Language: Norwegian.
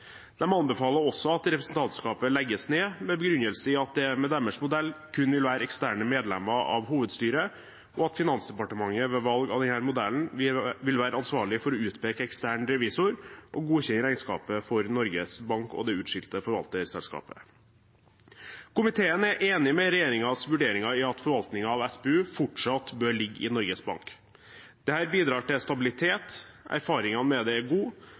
anbefaler også at representantskapet legges ned med begrunnelse i at det med deres modell kun vil være eksterne medlemmer av hovedstyret, og at Finansdepartementet ved valg av denne modellen vil være ansvarlig for å utpeke ekstern revisor og godkjenne regnskapet for Norges Bank og det utskilte forvalterselskapet. Komiteen er enig i regjeringens vurderinger, at forvaltningen av SPU fortsatt bør ligge i Norges Bank. Dette bidrar til stabilitet, erfaringen med det er god,